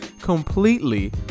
completely